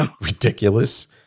ridiculous